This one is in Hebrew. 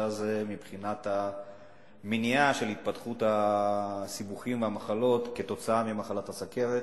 מבחינת המניעה של התפתחות הסיבוכים והמחלות כתוצאה ממחלת הסוכרת,